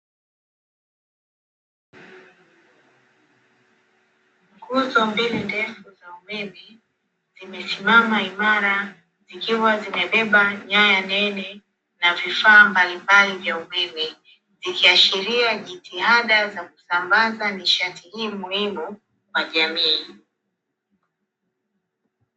Nguzo mbili ndefu za umeme zimesimama imara zikiwa zimebeba nyaya nene na vifaa mbalimbali vya umeme, ikiashiria jitihada za kusambaza nishati hii muhimu kwa jamii.